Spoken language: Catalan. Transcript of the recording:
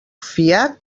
fiat